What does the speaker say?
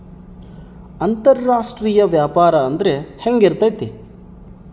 ಅಂತರಾಷ್ಟ್ರೇಯ ವ್ಯಾಪಾರ ಅಂದ್ರೆ ಹೆಂಗಿರ್ತೈತಿ?